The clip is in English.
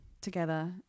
together